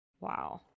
Wow